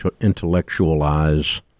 intellectualize